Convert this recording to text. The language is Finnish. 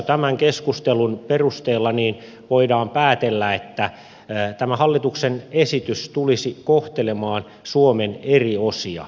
tämän keskustelun perusteella voidaan päätellä että tämä hallituksen esitys tulisi kohtelemaan suomen eri osia eri tavoin